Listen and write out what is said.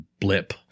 blip